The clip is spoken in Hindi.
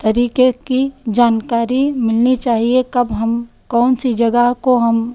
तरीके की जानकारी मिलनी चाहिए कब हम कौन सी जगह को हम